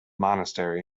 monastery